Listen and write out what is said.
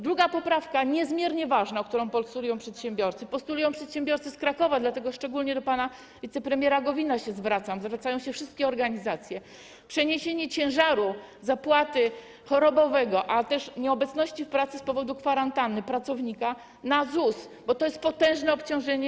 Druga poprawka, niezmiernie ważna, którą postulują przedsiębiorcy, postulują przedsiębiorcy z Krakowa, dlatego zwracam się szczególnie do pana wicepremiera Gowina, w sprawie której zwracają się wszystkie organizacje, dotyczy przeniesienia ciężaru zapłaty chorobowego, ale też nieobecności w pracy z powodu kwarantanny pracownika na ZUS, bo to jest potężne obciążenie.